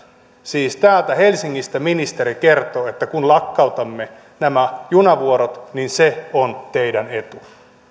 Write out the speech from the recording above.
siis täältä helsingistä ministeri kertoo että kun lakkautamme nämä junavuorot niin se on teidän etunne